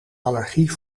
allergie